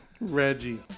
Reggie